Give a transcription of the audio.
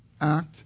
act